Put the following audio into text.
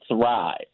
thrive